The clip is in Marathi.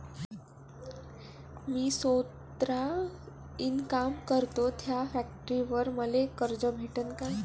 मी सौता इनकाम करतो थ्या फॅक्टरीवर मले कर्ज भेटन का?